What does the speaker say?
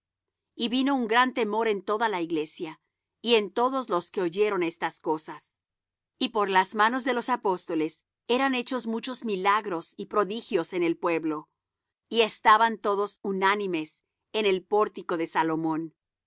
y vino un gran temor en toda la iglesia y en todos los que oyeron estas cosas y por las manos de los apóstoles eran hechos muchos milagros y prodigios en el pueblo y estaban todos unánimes en el pórtico de salomón